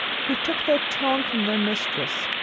who took their tone from their mistress,